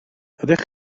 ydych